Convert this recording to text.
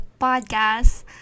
podcast